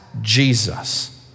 Jesus